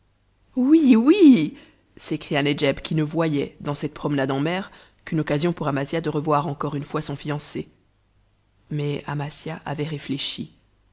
oui oui s'écria nedjeb qui ne voyait dans cette promenade en mer qu'une occasion pour amasia de revoir encore une fois son fiancé mais amasia avait réfléchi